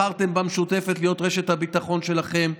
בחרתם במשותפת להיות רשת הביטחון שלכם.